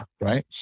right